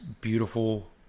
beautiful